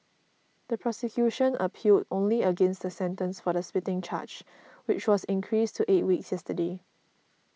the prosecution appealed only against the sentence for the spitting charge which was increased to eight weeks yesterday